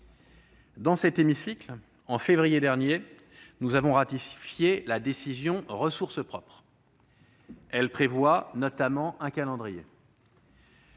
Dans cet hémicycle, en février dernier, nous avons ratifié la décision « ressources propres »; elle prévoit notamment un calendrier.